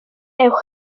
uwch